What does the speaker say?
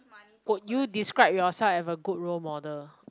would you describe yourself as a good role model